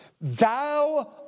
thou